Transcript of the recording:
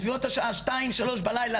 בסביבות השעה 2-3 בלילה,